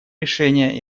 решения